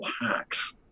Hacks